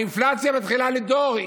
האינפלציה מתחילה לדהור,